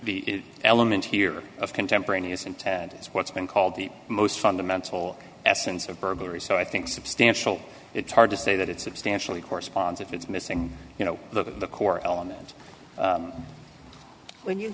the element here of contemporaneous intent is what's been called the most fundamental essence of burglary so i think substantial it's hard to say that it's substantially corresponds if it's missing you know the core element when you